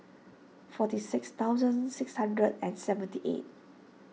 forty six thousand six hundred and seventy eight